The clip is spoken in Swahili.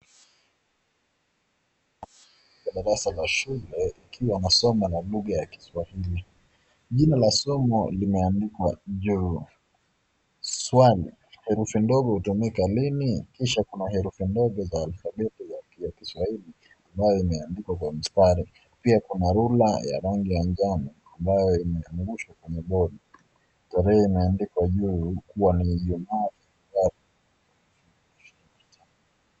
Kwa darasa la shule kukiwa na somo la lugha ya kiswahili. Jina la somo limeandikwa juu. Swali, herufi ndogo hutumika lini? Kisha kuna herufi ndogo za alfabeti za kiswahili ambayo imeandikwa kwa mstari. Pia kuna rula ya rangi ya njano ambayo imeangushwa kwenye board . Tarehe imeandikwa juu kua ni ijumaa.